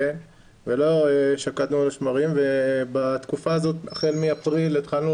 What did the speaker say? ולא שקטנו על השמרים ובתקופה הזאת החל מאפריל התחלנו